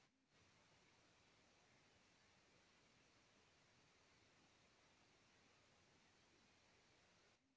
दांत वाला मशीन बा जवन की माटी में छेद करके बीज के दबावत बाटे